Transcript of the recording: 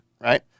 right